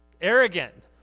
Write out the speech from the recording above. arrogant